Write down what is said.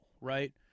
right